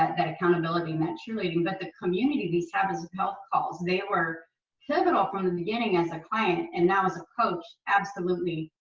that that accountability meant cheerleading, that the community. these habits of health calls they were pivotal from the beginning as a client and now as a coach. absolutely.